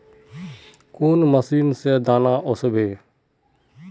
कौन मशीन से दाना ओसबे?